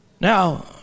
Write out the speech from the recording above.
Now